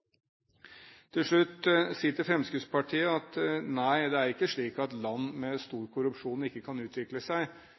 Til slutt vil jeg si til Fremskrittspartiet at nei, det er ikke slik at land med stor korrupsjon ikke kan utvikle seg.